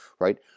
right